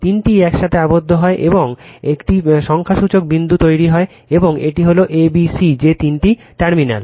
তিনটিই একসাথে আবদ্ধ হয় এবং একটি সংখ্যাসূচক বিন্দু তৈরি হয় এবং এটি হল a b c যে তিনটি টার্মিনাল